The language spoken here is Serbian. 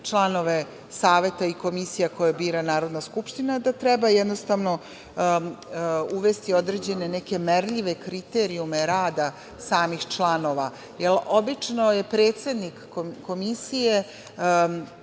članove Saveta i Komisiju koju bira Narodna skupština, a to je da treba uvesti određene merljive kriterijume rada samih članova. Obično je predsedniku Komisije,